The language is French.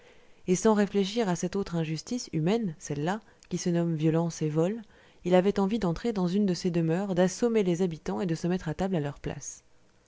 et sans réfléchir à cette autre injustice humaine celle-là qui se nomme violence et vol il avait envie d'entrer dans une de ces demeures d'assommer les habitants et de se mettre à table à leur place